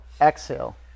exhale